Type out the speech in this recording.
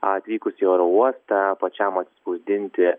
atvykus į oro uostą pačiam atsispausdinti